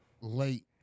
late